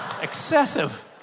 excessive